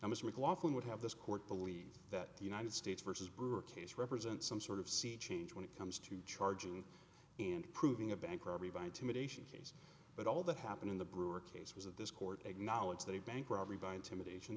mclaughlin would have this court believe that the united states versus brewer case represents some sort of sea change when it comes to charging and proving a bank robbery by intimidation case but all that happened in the brewer case was that this court acknowledged that a bank robbery by intimidation